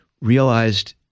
realized